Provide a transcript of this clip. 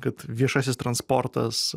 kad viešasis transportas